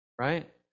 Right